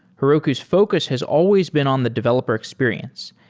heroku's focus has always been on the developer experience,